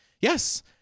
Yes